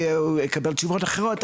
אני אולי אקבל תשובות אחרות,